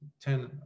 Ten